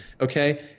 okay